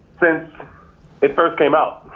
since it first came out.